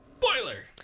Spoiler